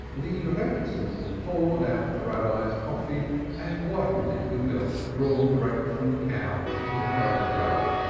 the rebbitzin poured out the rabbi's coffee and whitened it with milk drawn direct from the cow into her own jug.